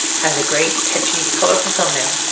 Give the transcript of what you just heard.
has a great catchy, colorful thumbnail,